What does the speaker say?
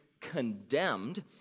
condemned